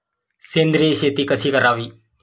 सेंद्रिय शेती कशी करावी?